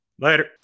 Later